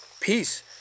Peace